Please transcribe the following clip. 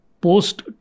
post